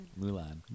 Mulan